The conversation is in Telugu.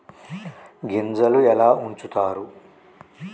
గింజలు ఎలా ఉంచుతారు?